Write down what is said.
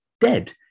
dead